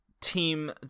team